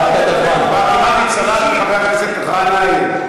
לפחות צלחתי את חבר הכנסת גנאים.